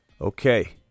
Okay